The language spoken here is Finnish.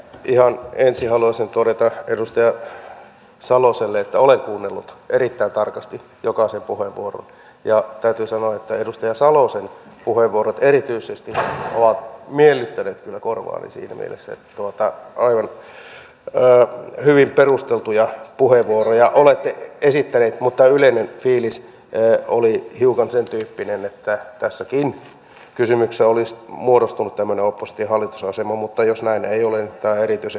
ihan ensin haluaisin todeta edustaja saloselle että olen kuunnellut erittäin tarkasti jokaisen puheenvuoron ja täytyy sanoa että edustaja salosen puheenvuorot erityisesti ovat miellyttäneet kyllä korvaani siinä mielessä että aivan hyvin perusteltuja puheenvuoroja olette esittänyt mutta tämä yleinen fiilis oli hiukan sen tyyppinen että tässäkin kysymyksessä olisi muodostunut tämmöinen oppositiohallitus asema mutta jos näin ei ole niin tämä on erityisen tärkeätä